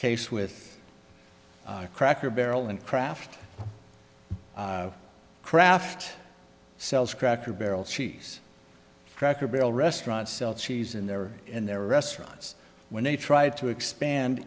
case with a cracker barrel and craft craft sells cracker barrel cheese cracker barrel restaurant sell cheese in there and their restaurants when they try to expand